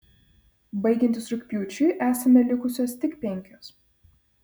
baigiantis rugpjūčiui esame likusios tik penkios